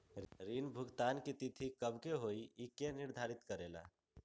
ऋण भुगतान की तिथि कव के होई इ के निर्धारित करेला?